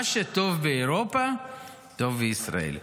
מה שטוב לאירופה טוב לישראל.